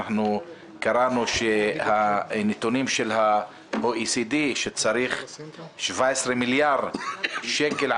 ואנחנו קראנו שהנתונים של ה-OECD שצריך 17 מיליארד שקל,